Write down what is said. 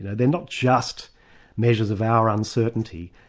they're not just measures of our uncertainty.